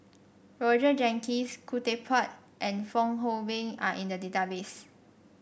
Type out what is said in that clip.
Roger Jenkins Khoo Teck Puat and Fong Hoe Beng are in the database